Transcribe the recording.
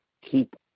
Keep